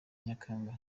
nyakanga